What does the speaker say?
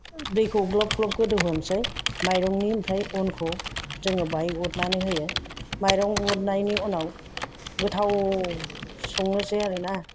दैखौ ग्लब ग्लब गोदौ होनोसै माइरंनि ओमफ्राय अनखौ जोङो बाहाय हरनानै होयो माइरं हरनायनि उनाव गोथाव संनोसै आरो ना